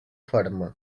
ferma